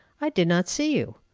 i did not see you.